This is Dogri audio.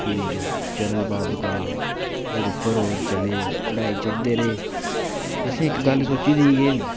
फ्ही चरण पादुका फिर उप्पर होर चले चढ़ाई चढ़दे रेह् असे इक गल्ल सोची दी ही के